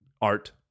art